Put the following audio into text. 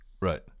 Right